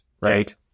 right